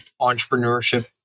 entrepreneurship